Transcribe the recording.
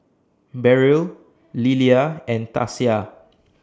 Beryl Lilia and Tasia